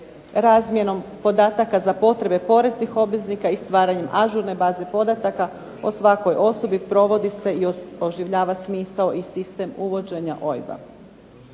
razmjenom podataka za potrebe poreznih obveznika i stvaranjem ažurne baze podataka o svakoj osobi provodi se i oživljava smisao i sistem uvođenja OIB-a.